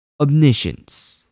omniscience